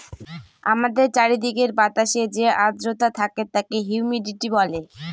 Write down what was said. আমাদের চারিদিকের বাতাসে যে আদ্রতা থাকে তাকে হিউমিডিটি বলে